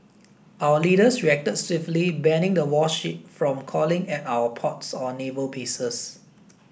our leaders reacted swiftly banning the warship from calling at our ports or naval bases